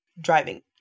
driving